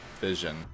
vision